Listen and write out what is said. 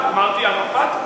שפל, זה מנהיג כריזמטי.